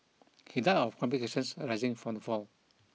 he died of complications arising from the fall